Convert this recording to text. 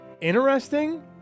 Interesting